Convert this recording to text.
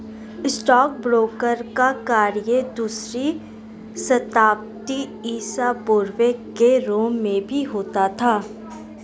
stockbroker का कार्य दूसरी शताब्दी ईसा पूर्व के रोम में भी होता था